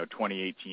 2018